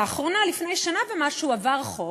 לאחרונה, לפני שנה ומשהו, עבר חוק,